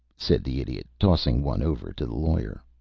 said the idiot, tossing one over to the lawyer.